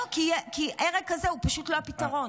לא, כי הרג שכזה הוא פשוט לא הפתרון.